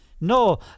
No